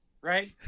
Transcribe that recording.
Right